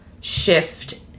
shift